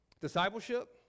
Discipleship